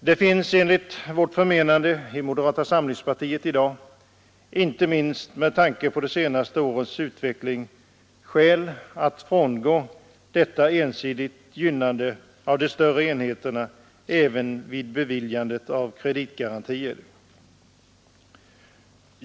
Inte minst med tanke på de senaste årens utveckling finns det enligt vårt förmenande inom moderata samlingspartiet skäl att i dag frångå detta ensidiga gynnande av de större enheterna även vid beviljandet av kreditgarantier.